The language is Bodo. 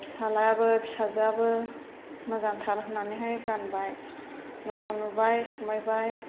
फिसाज्लायाबो फिसाजोआबो मोजांथार होननानैहाय गानबाय मोजां नुबाय समायबाय